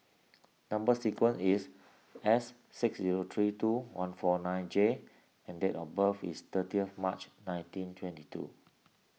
Number Sequence is S six zero three two one four nine J and date of birth is thirtieth March nineteen twenty two